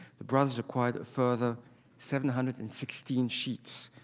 the brothers acquired a further seven hundred and sixteen sheets,